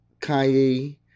Kanye